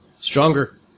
Stronger